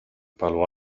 palo